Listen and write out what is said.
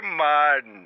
man